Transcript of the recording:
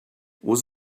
was